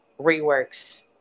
reworks